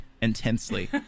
intensely